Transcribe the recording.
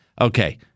Okay